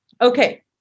Okay